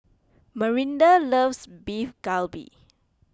Marinda loves Beef Galbi